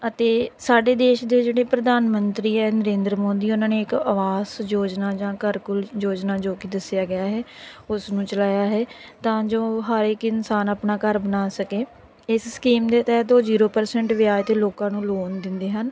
ਅਤੇ ਸਾਡੇ ਦੇਸ਼ ਦੇ ਜਿਹੜੇ ਪ੍ਰਧਾਨ ਮੰਤਰੀ ਆ ਨਰਿੰਦਰ ਮੋਦੀ ਉਹਨਾਂ ਨੇ ਇੱਕ ਆਵਾਸ ਯੋਜਨਾ ਜਾਂ ਘਰ ਕੁਲ ਯੋਜਨਾ ਜੋੋ ਕਿ ਦੱਸਿਆ ਗਿਆ ਹੈ ਉਸ ਨੂੰ ਚਲਾਇਆ ਹੈ ਤਾਂ ਜੋ ਹਰ ਇਕ ਇਨਸਾਨ ਆਪਣਾ ਘਰ ਬਣਾ ਸਕੇ ਇਸ ਸਕੀਮ ਦੇ ਤਹਿਤ ਉਹ ਜੀਰੋ ਪਰਸੈਂਟ ਵਿਆਜ 'ਤੇ ਲੋਕਾਂ ਨੂੰ ਲੋਨ ਦਿੰਦੇ ਹਨ